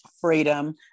freedom